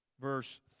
verse